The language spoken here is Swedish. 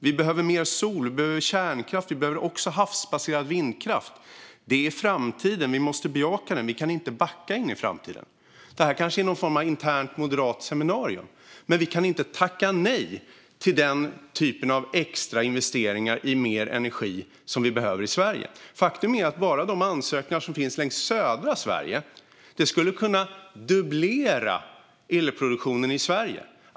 Vi behöver mer sol, vi behöver kärnkraft och vi behöver även havsbaserad vindkraft. Det är framtiden, och vi måste bejaka den. Vi kan inte backa in i framtiden. Detta kanske är någon form av internt moderat seminarium, men vi kan inte tacka nej till den typen av extra investeringar i mer energi som vi behöver i Sverige. Faktum är att bara de ansökningar som finns gällande södra Sverige skulle kunna dubblera elproduktionen i Sverige.